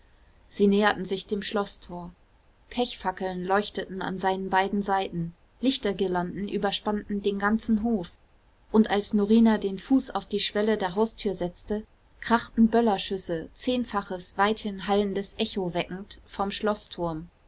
sie näherten sich dem schloßtor pechfackeln leuchteten an seinen beiden seiten lichtergirlanden überspannten den ganzen hof und als norina den fuß auf die schwelle der haustür setzte krachten böllerschüsse zehnfaches weithin hallendes echo weckend vom schloßturm